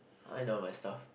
I know my stuff